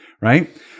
right